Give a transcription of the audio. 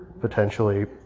potentially